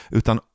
utan